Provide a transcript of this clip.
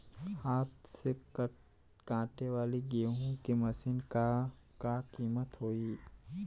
हाथ से कांटेवाली गेहूँ के मशीन क का कीमत होई?